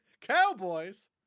Cowboys